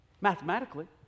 mathematically